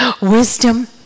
Wisdom